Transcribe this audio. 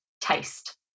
taste